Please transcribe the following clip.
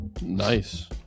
nice